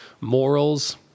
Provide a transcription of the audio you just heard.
morals